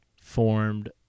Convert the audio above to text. formed